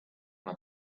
nad